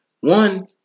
One